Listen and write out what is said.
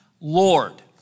Lord